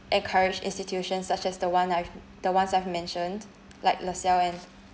encouraged institutions such as the one I've the ones I've mentioned like lasalle and